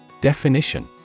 Definition